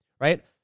right